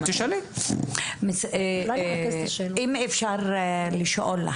אם אפשר לשאול,